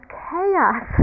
chaos